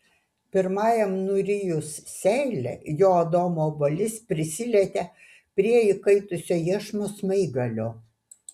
pirmajam nurijus seilę jo adomo obuolys prisilietė prie įkaitusio iešmo smaigalio